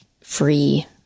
free